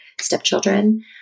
stepchildren